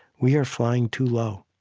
we are flying too low.